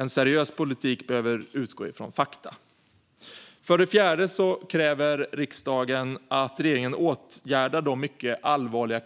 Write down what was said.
En seriös politik behöver utgå från fakta. För det fjärde kräver riksdagen att regeringen åtgärdar de mycket allvarliga